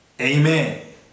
Amen